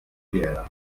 fiera